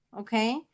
okay